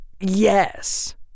Yes